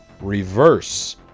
reverse